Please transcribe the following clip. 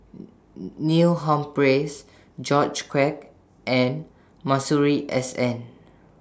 Neil Humphreys George Quek and Masuri S N